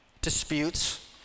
disputes